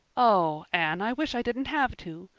oh, anne, i wish i didn't have to.